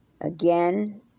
Again